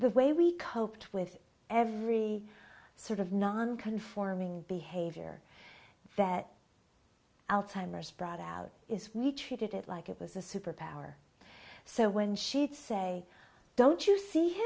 the way we coped with every sort of non conforming behavior that alzheimer's brought out is we treated it like it was a superpower so when she'd say don't you see him